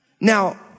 Now